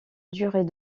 durée